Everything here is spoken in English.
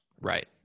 right